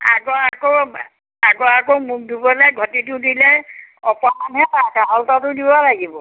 আগৰ আকৌ আগৰ আকৌ মুখ ধুবলৈ ঘটিটো দিলে অপৰাধহে হয় কাঁহৰ লোটা দিব লাগিব